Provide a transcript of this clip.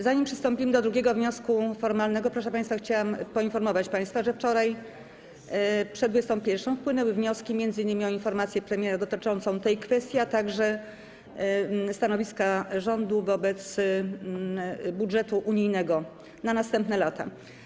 Zanim przystąpimy do drugiego wniosku formalnego, chciałabym poinformować państwa, że wczoraj przed godz. 21 wpłynęły wnioski m.in. o informację premiera dotyczącą tej kwestii, a także stanowiska rządu wobec budżetu unijnego na następne lata.